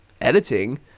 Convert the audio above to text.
editing